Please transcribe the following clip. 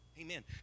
Amen